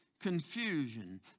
confusion